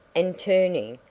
and turning,